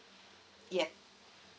yup